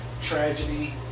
tragedy